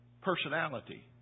personality